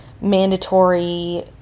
mandatory